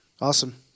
Awesome